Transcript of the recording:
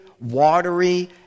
watery